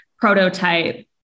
prototype